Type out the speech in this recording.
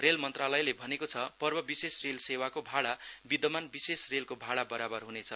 rail मन्त्रालयले भनेको छ पर्व विशेष रेल सेवाको भाडा विधमान विशेष रेलको भाडा बराबर हुनेछ